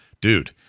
Dude